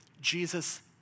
Jesus